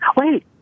wait